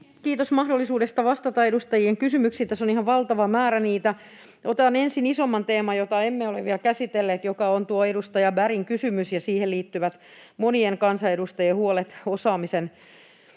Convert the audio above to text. Kiitos mahdollisuudesta vastata edustajien kysymyksiin. Tässä on ihan valtava määrä niitä. Otan ensin isomman teeman, jota emme ole vielä käsitelleet, joka on tuo edustaja Bergin kysymys ja siihen liittyvät monien kansanedustajien huolet osaamisen